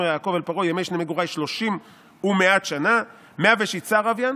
יעקב אל פרעה ימי שני מגורי שלשים ומאת שנה' מאה ושיתסר הויין".